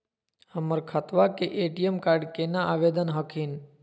हमर खतवा के ए.टी.एम कार्ड केना आवेदन हखिन?